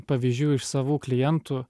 pavyzdžių iš savų klientų